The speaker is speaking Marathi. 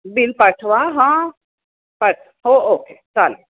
बिल पाठवा हां हो ओके चालेल